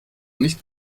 nicht